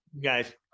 guys